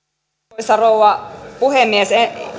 arvoisa rouva puhemies